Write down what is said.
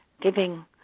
giving